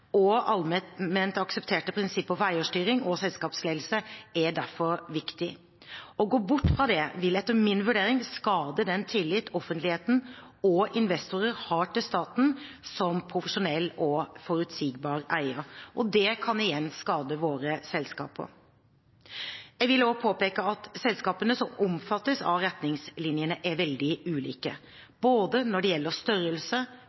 og allment aksepterte prinsipper for eierstyring og selskapsledelse er derfor viktig. Å gå bort fra det vil etter min vurdering skade den tillit offentligheten og investorer har til staten som profesjonell og forutsigbar eier. Det kan igjen skade våre selskaper. Jeg vil også påpeke at selskapene som omfattes av retningslinjene, er veldig ulike, både når det gjelder størrelse,